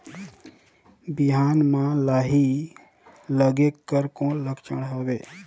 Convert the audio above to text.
बिहान म लाही लगेक कर कौन लक्षण हवे?